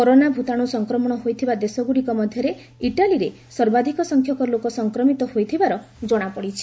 corona ଭୂତାଣୁ ସଂକ୍ରମଣ ହୋଇଥିବା ଦେଶଗୁଡ଼ିକ ମଧ୍ୟରେ ଇଟାଲୀରେ ସର୍ବାଧିକ ସଂଖ୍ୟକ ଲୋକ ସଂକ୍ରମିତ ହୋଇଥିବାର ଜଣାପଡିଛି